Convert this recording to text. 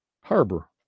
harbor